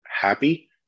happy